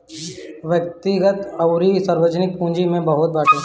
व्यक्तिगत अउरी सार्वजनिक पूंजी भी होत बाटे